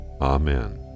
Amen